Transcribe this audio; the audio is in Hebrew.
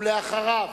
ואחריו,